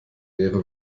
wäre